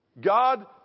God